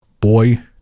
boy